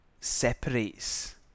separates